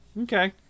okay